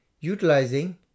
utilizing